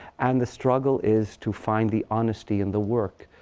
and the struggle is to find the honesty in the work,